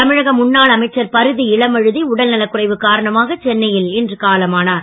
தமிழக முன்னாள் அமைச்சர் பரிதி இளம்வழுதி உடல் நலக் குறைவு காரணமாக சென்னையில் இன்று காலமானார்